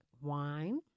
wine